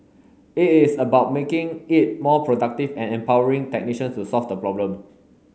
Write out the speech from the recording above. it is about making it more productive and empowering technician to solve the problem